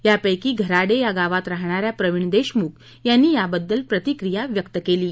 यापैकी घराडे या गावात राहणाऱ्या प्रवीण देशमुख यांनी याबद्दल प्रतिक्रिया व्यक्त केली आहे